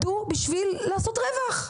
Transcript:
נועדו לעשות רווח.